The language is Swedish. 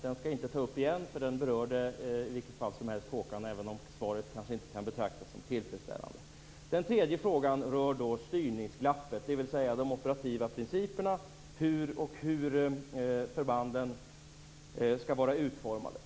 Den skall jag inte ta upp igen, för den berörde Håkan Juholt även om svaret inte kan betraktas som tillfredsställande. Den tredje frågan rör styrningsglappet, dvs. de operativa principerna och hur förbanden skall vara utformade.